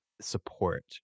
support